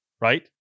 right